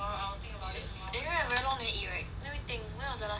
yes anyway I very long never eat right let me think when was the last time we ate